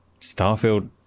Starfield